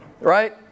right